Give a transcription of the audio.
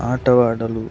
ಆಟವಾಡಲು